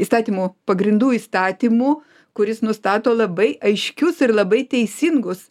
įstatymų pagrindų įstatymu kuris nustato labai aiškius ir labai teisingus